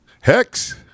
Hex